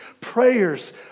prayers